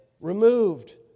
removed